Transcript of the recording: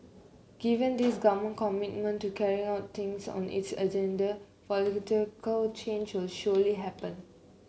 given this government commitment to carrying out things on its agenda political change will surely happen